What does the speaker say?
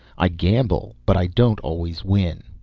i gamble but i don't always win.